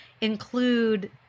include